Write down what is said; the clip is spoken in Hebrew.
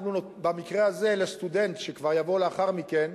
במקרה הזה, לסטודנט שכבר יבוא לאחר מכן,